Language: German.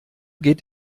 geht